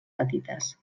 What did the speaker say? petites